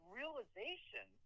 realization